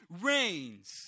reigns